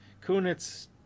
Kunitz